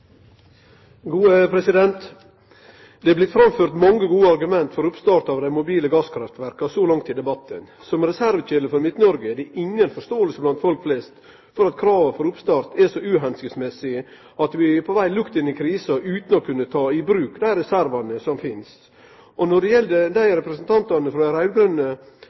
Det har blitt framført mange gode argument for oppstart av dei mobile gasskraftverka så langt i debatten. Som reservekjelde for Midt-Noreg er det inga forståing blant folk flest for at krava for oppstart er så uhensiktsmessige at vi er på veg lukt inn i krisa utan å kunne ta i bruk dei reservane som finst. Når det gjeld dei representantane frå